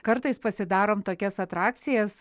kartais pasidarom tokias atrakcijas